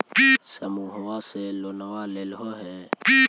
समुहवा से लोनवा लेलहो हे?